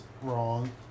Wrong